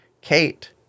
Kate